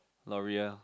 Loreal